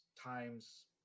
times